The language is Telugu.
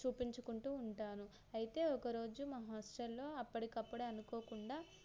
చూపించుకుంటూ ఉంటాను అయితే ఒకరోజు మా హాస్టల్లో అప్పటికప్పుడే అనుకోకుండా